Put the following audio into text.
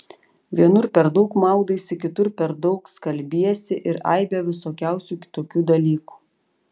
vienur per daug maudaisi kitur per daug skalbiesi ir aibę visokiausių kitokių dalykų